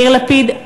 יאיר לפיד,